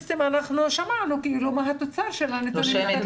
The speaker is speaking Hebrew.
שמענו מה התוצאה של הנתונים הסטטיסטיים.